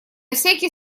всякий